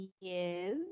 Yes